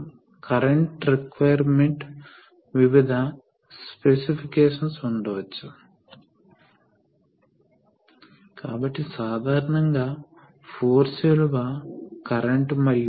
కాబట్టి ఇప్పుడు ఇది ఇలా ప్రవహించడానికి ప్రయత్నిస్తుంది ఈ ప్రెషర్ ఇప్పుడు ఉంది కాబట్టి ఇప్పుడు మీరు మళ్ళీ ఈ పోర్టును చూస్తున్నారు కాబట్టి చెక్ వాల్వ్లోని ప్రత్యర్థి ఫోర్స్ ఇది పూర్తి పంపు ప్రెషర్